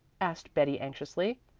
asked betty anxiously.